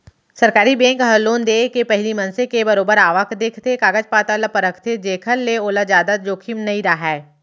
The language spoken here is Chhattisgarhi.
सरकारी बेंक ह लोन देय ले पहिली मनसे के बरोबर आवक देखथे, कागज पतर ल परखथे जेखर ले ओला जादा जोखिम नइ राहय